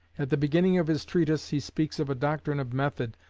at the beginning of his treatise he speaks of a doctrine of method,